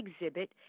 exhibit